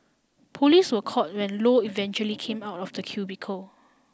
police were called when Low eventually came out of the cubicle